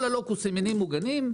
כל הלוקוס הם מינים מוגנים,